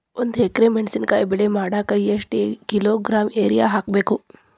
ಒಂದ್ ಎಕರೆ ಮೆಣಸಿನಕಾಯಿ ಬೆಳಿ ಮಾಡಾಕ ಎಷ್ಟ ಕಿಲೋಗ್ರಾಂ ಯೂರಿಯಾ ಹಾಕ್ಬೇಕು?